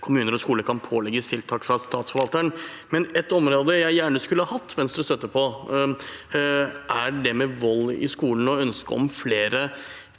kommuner og skoler kan pålegges tiltak fra statsforvalteren. Men ett område der jeg gjerne skulle hatt Venstres støtte, er det som gjelder vold i skolen og ønsket om flere